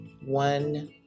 one